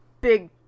Big